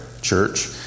church